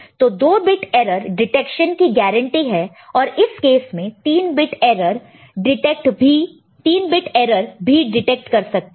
तो 2 bit error detection की guarantee है और इस केस में 3 बिट एरर भी डिटेक्ट कर सकता है